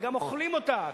והם גם "אוכלים אותה",